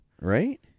Right